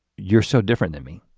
you're so different than me.